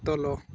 ତଳ